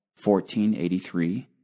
1483